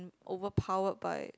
overpowered by